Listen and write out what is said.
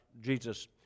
Jesus